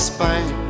Spain